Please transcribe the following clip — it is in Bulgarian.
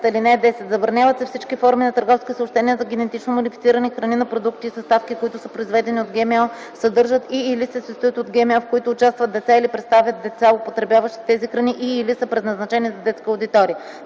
10: „(10) Забраняват се всички форми на търговски съобщения за генетично модифицирани храни на продукти и съставки, които са произведени от ГМО, съдържат и/или се състоят от ГМО, в които участват деца или представят деца, употребяващи тези храни и/или са предназначени за детска аудитория.”